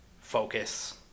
focus